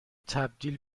تبدیل